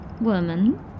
woman